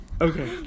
Okay